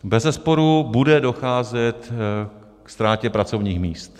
Bezesporu bude docházet ke ztrátě pracovních míst.